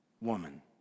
woman